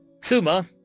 Suma